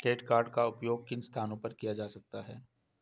Credit card का उपयोग किन स्थानों पर किया जा सकता है?